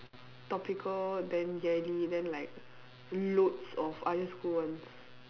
topical then yearly then like loads of other school ones